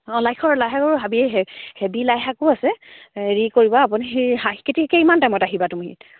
অঁ লাইশাকৰ লাইশাকৰ হাবি হেভি লাইশাকো আছে হেৰি কৰিবা আপুনি সেই হাঁহ খেতি কেইমান টাইমত আহিবা তুমি